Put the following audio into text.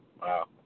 Wow